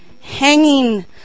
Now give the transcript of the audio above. hanging